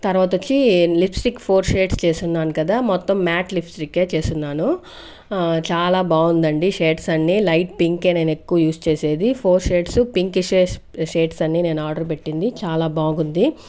తర్వాత వచ్చి lipstick four shades చేసి ఉన్నాను కదా మొత్తం మ్యాట్ లిప్ స్టిక్కే చేసి ఉన్నాను చాలా బాగుందండి షేడ్స్ అన్ని లైట్ పింకే నేను ఎక్కువ యూస్ చేసేది ఫోర్ షేడ్స్ పింక్ షే షేడ్స్ అన్ని నేను ఆర్డర్ పెట్టింది చాలా బాగుంది